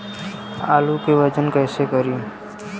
आलू के वजन कैसे करी?